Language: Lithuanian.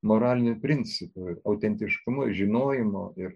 moraliniu principu autentiškumu žinojimu ir